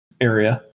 area